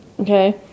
Okay